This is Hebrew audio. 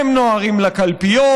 הם נוהרים לקלפיות,